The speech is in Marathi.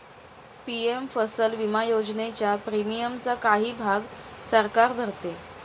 पी.एम फसल विमा योजनेच्या प्रीमियमचा काही भाग सरकार भरते